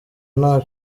nta